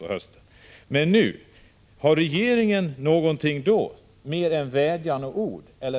Men om den verksamhet det nu gäller läggs ned, har regeringen då mer än vädjan och ord att komma med?